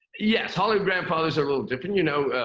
yes. hollywood grandfather's are a little different. you know,